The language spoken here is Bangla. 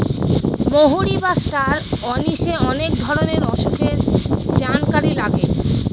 মৌরি বা ষ্টার অনিশে অনেক ধরনের অসুখের জানকারি লাগে